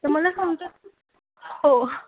तर मला सांगतात हो